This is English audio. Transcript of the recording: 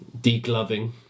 Degloving